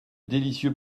délicieux